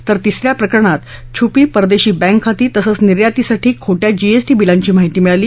तर तिस या प्रकरणात छुपी परदेशी बँकखाती तसंच निर्यातीसाठी खोट्या जीएसटी बिलांची माहिती मिळाली